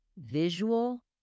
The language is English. visual